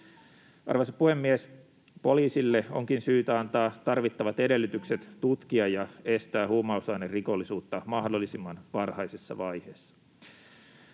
Arvoisa puhemies! Poliisille onkin syytä antaa tarvittavat edellytykset tutkia ja estää huumausainerikollisuutta mahdollisimman varhaisessa vaiheessa.